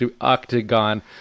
octagon